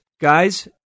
guys